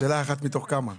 השאלה, אחת מתוך כמה רשויות?